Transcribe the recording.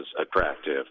attractive